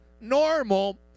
normal